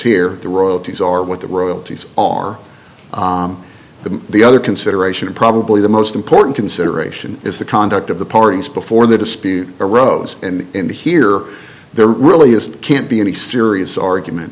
here the royalties are what the royalties are the the other consideration and probably the most important consideration is the conduct of the parties before the dispute arose and here there really is can't be any serious argument